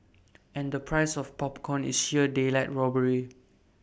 and the price of popcorn is sheer daylight robbery